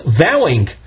vowing